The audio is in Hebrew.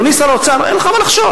אדוני שר האוצר, אין לך מה לחשוש.